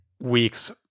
weeks